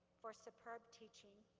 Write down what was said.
for superb teaching,